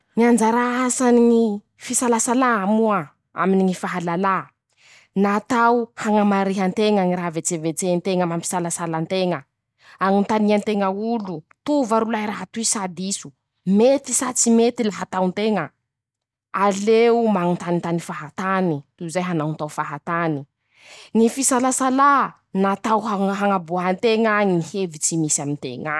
Ñy anjara asany ñy fisalasalà moa: -Aminy ñy fahalala, natao hañamarihanteña ñy raha vetsevetse nteña mampisalasala anteña, añontaniane teña olo tó va rolahy raha toy va diso, mety sa tsy mety laha atao nteña, aleo mañontanintany fahatany toy zay hanaontao fahatany, ñy fisalasalà natao ha hañaboaha nteña ñy hevitsy misy amin-teñ<...>.